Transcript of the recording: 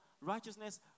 righteousness